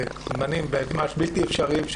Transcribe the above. בזמנים ממש בלתי אפשריים,